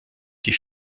die